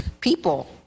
people